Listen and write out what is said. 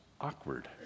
awkward